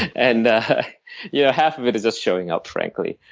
and yeah half of it is just showing up, frankly.